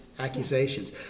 Accusations